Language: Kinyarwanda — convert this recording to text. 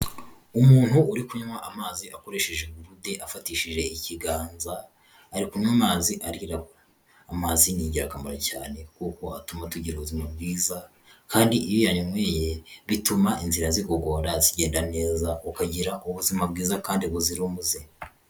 umuntu uri kunywa amazi akoresheje igurude afatishije ikiganza, ari kunywa amazi arirabura. Amazi ni ingirakamaro cyane kuko atuma tugira ubuzima bwiza, kandi iyo uyanyweye bituma inzira zigogora zigenda neza, ukagira ubuzima bwiza kandi buzira umuze.